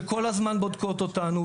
שכל הזמן בודקות אותנו,